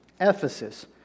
Ephesus